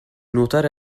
nuotare